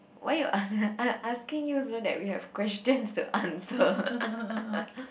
why you ask I am asking you so that we have questions to answer